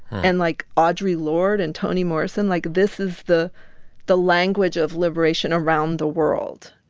and, like, audre lorde and toni morrison like, this is the the language of liberation around the world,